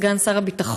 סגן שר הביטחון,